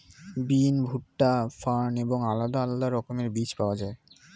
বিন, ভুট্টা, ফার্ন এবং আলাদা আলাদা রকমের বীজ পাওয়া যায়